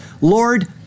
Lord